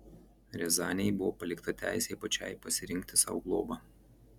riazanei buvo palikta teisė pačiai pasirinkti sau globą